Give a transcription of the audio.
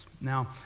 Now